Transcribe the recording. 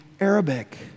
Arabic